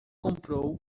comprou